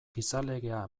gizalegea